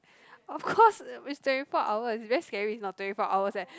of course it's twenty four hours it's very scary if not twenty four hours eh